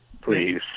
please